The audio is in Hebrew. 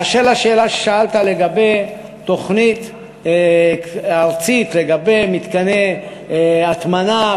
באשר לשאלה ששאלת לגבי תוכנית ארצית למתקני הטמנה,